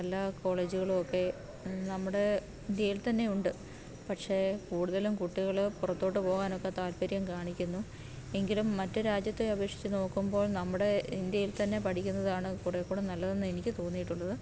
നല്ല കോളേജുകളും ഒക്കെ നമ്മുടെ ഇന്ത്യയിൽ തന്നെയുണ്ട് പക്ഷേ കൂടുതലും കുട്ടികള് പുറത്തോട്ട് പോകാനൊക്കെ താൽപര്യം കാണിക്കുന്നു എങ്കിലും മറ്റു രാജ്യത്തെ അപേക്ഷിച്ച് നോക്കുമ്പോൾ നമ്മുടെ ഇന്ത്യയിൽ തന്നെ പഠിക്കുന്നതാണ് കുറേക്കൂടി നല്ലതെന്ന് എനിക്ക് തോന്നിയിട്ടുള്ളത്